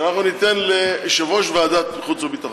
שניתן ליושב-ראש ועדת החוץ והביטחון,